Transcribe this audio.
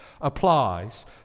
applies